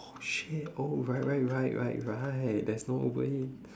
oh shit oh right right right right right there's no uber eats